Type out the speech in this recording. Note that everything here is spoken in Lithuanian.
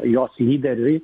jos lyderiui